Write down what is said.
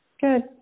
Good